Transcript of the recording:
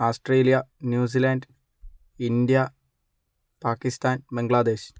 Australia New Zealand India Pakistan Bangladesh